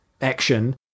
action